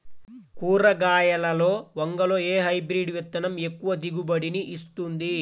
కూరగాయలలో వంగలో ఏ హైబ్రిడ్ విత్తనం ఎక్కువ దిగుబడిని ఇస్తుంది?